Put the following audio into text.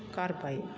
गारबाय